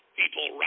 people